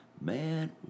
man